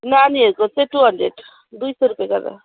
नानीहरूको चाहिँ two hundred दुई सय रुप्पे गरेर